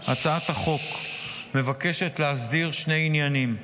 הצעת החוק מבקשת להסדיר שני עניינים: